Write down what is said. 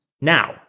Now